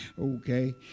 Okay